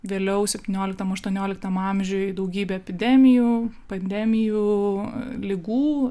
vėliau septynioliktam aštuonioliktam amžiuj daugybė epidemijų pandemijų ligų